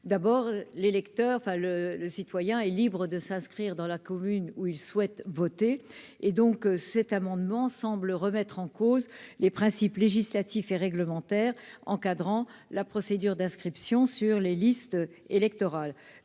enfin le le citoyen est libre de s'inscrire dans la commune où il souhaite voter et donc cet amendement semble remettre en cause les principes législatifs et réglementaires encadrant la procédure d'inscription sur les listes électorales,